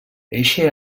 eixe